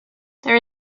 there